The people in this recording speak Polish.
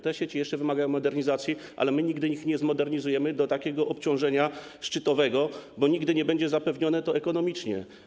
Te sieci jeszcze wymagają modernizacji, ale my nigdy ich nie zmodernizujemy do obciążenia szczytowego, bo nigdy nie będzie to zapewnione ekonomicznie.